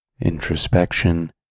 introspection